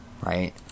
right